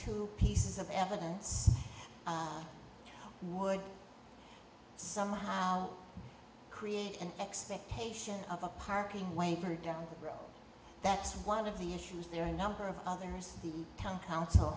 two pieces of evidence would somehow create an expectation of a parking waiver down the road that's one of the issues there are a number of others the town council